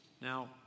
Now